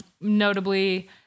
notably